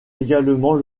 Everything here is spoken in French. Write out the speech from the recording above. également